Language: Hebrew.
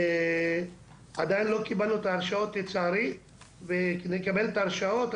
עדיין לא קיבלנו לצערי את ההרשאות.